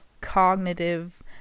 cognitive